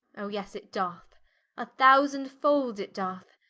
oh yes, it doth a thousand fold it doth.